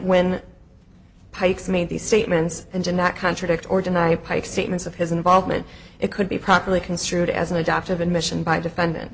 when pikes made these statements and jannat contradict or deny pike's statements of his involvement it could be properly construed as an adoptive admission by defendant